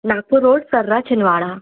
Nagpur road सर्रा छिंदवाड़ा